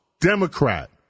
Democrat